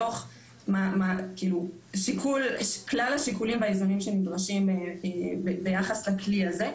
בתוך כלל השיקולים והאיזונים שנדרשים ביחס לכלי הזה,